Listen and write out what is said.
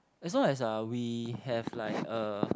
as long as uh we have like a